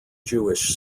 jewish